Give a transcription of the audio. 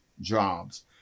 jobs